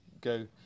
go